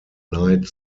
night